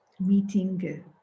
meeting